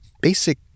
basic